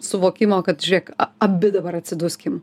suvokimo kad žiūrėk a abi dabar atsiduskim